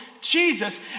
jesus